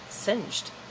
Singed